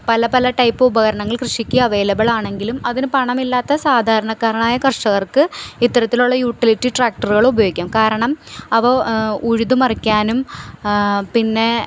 പല പല ടൈപ്പ് ഉപകരണങ്ങൾ കൃഷിക്ക് അവെയ്ലബിളാണെങ്കിലും അതിന് പണം ഇല്ലാത്ത സാധാരണക്കാരനായ കർഷകർക്ക് ഇത്തരത്തിലൊള്ള യൂട്ടിലിറ്റി ട്രാക്ടറുകളുപയോഗിക്കാം കാരണം അവ ഉഴുതു മറിക്കാനും പിന്നെ